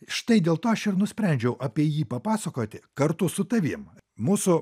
štai dėl to aš ir nusprendžiau apie jį papasakoti kartu su tavim mūsų